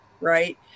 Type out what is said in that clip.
right